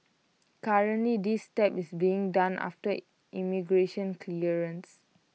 currently this step is being done after immigration clearance